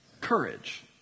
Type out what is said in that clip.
courage